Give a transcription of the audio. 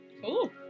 Cool